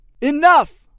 Enough